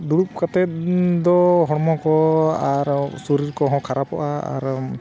ᱫᱩᱲᱩᱵ ᱠᱟᱛᱮᱫ ᱫᱚ ᱦᱚᱲᱢᱚ ᱠᱚ ᱟᱨ ᱥᱚᱨᱤᱨ ᱠᱚᱦᱚᱸ ᱠᱷᱟᱨᱟᱯᱚᱜᱼᱟ ᱟᱨ